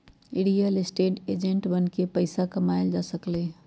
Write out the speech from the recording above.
real estate agent बनके पइसा कमाएल जा सकलई ह